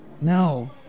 No